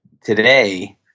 today